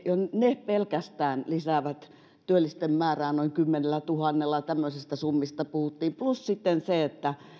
jo ne pelkästään lisäävät työllisten määrää noin kymmenellätuhannella tämmöisistä summista puhuttiin plus sitten se että